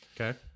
Okay